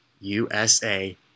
USA